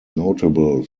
notable